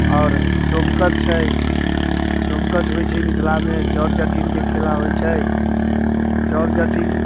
आओर डोमकच छै डोमकच होइ छै मिथिलामे जड़ जटिनके खेला होइ छै जट जटिन